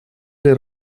для